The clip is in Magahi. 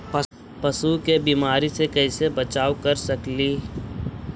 पशु के बीमारी से कैसे बचाब कर सेकेली?